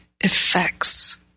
effects